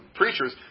preachers